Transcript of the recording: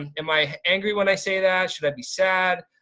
and am i angry when i say that? should i be sad?